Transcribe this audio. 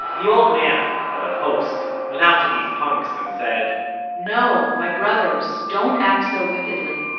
the old man, the host, went out to these punks and said no, my brothers, don't act so wickedly.